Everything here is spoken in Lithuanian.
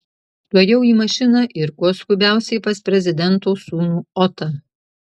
tuojau į mašiną ir kuo skubiausiai pas prezidento sūnų otą